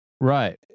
right